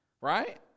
Right